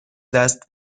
دست